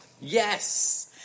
Yes